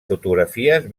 fotografies